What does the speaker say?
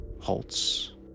halts